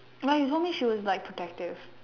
like normally she was like protective